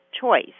choice